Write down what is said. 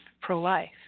pro-life